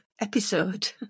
episode